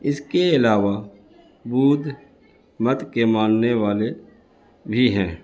اس کے علاوہ بدھ مت کے ماننے والے بھی ہیں